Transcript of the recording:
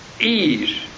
ease